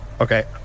Okay